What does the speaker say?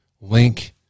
link